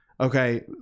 okay